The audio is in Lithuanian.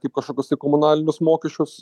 kaip kažkokius tai komunalinius mokesčius